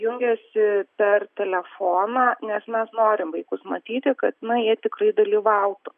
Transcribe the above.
jungiasi per telefoną nes mes norim vaikus matyti kad na jie tikrai dalyvautų